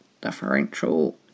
differential